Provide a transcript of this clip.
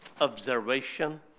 observation